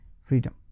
freedom